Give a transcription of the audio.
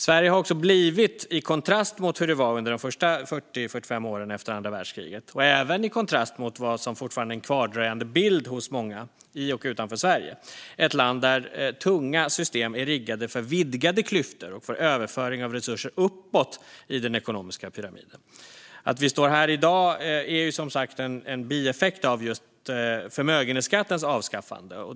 Sverige har också, i kontrast mot hur det var de första 40-45 åren efter andra världskriget och även i kontrast mot vad som fortfarande är en kvardröjande bild hos många i och utanför Sverige, blivit ett land där tunga system är riggade för vidgade klyftor och för överföring av resurser uppåt i den ekonomiska pyramiden. Att vi står här i dag är som sagt en bieffekt av just förmögenhetsskattens avskaffande.